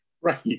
right